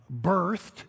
birthed